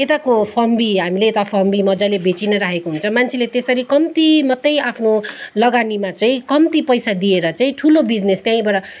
यताको फम्बी हामीले यता फम्बी मजाले बेचि नै राखेको हुन्छ मान्छेले त्यसरी कम्ती मात्रै आफ्नो लगानीमा चाहिँ कम्ती पैसा दिएर चाहिँ ठुलो बिजनेस त्यहीबाट